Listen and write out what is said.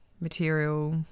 material